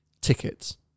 tickets